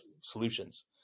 solutions